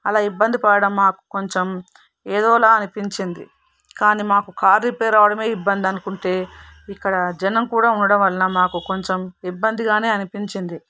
అలా ఇబ్బంది పడటం మాకు కొంచెం ఏదోలా అనిపించింది కానీ మాకు కార్ రిపేరు అవడమే ఇబ్బంది అనుకుంటే ఇక్కడ జనం కూడా ఉండడం వల్ల మాకు కొంచెం ఇబ్బందిగానే అనిపించింది